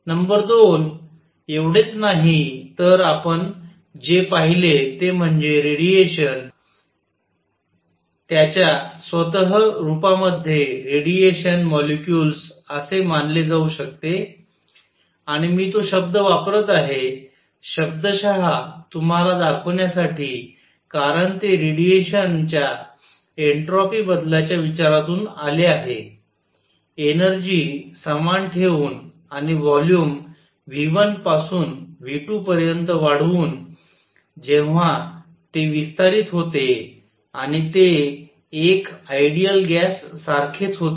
number 2 एवढेच नाही तर आपण जे पाहिले ते म्हणजे रेडिएशन त्याचा स्वतः रूपामध्ये रेडिएशन मोलेक्युलस असे मानले जाऊ शकते आणि मी तो शब्द वापरत आहे शब्दशः तुम्हाला दाखवण्यासाठी कारण ते रेडिएशन च्या एन्ट्रॉपी बदलाच्या विचारातून आले आहे एनर्जी समान ठेऊन आणि व्हॉल्यूम v1 पासून v2 पर्यंत वाढवून जेव्हा ते विस्तारित होते आणि ते एक आयडियल गॅस सारखेच होते